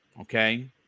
okay